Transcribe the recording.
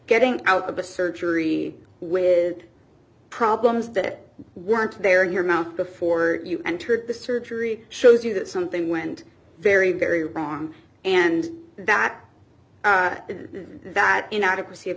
getting out of a surgery with problems that weren't there in your mouth before you entered the surgery shows you that something went very very wrong and that that inadequacy of